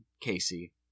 Casey